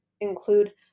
include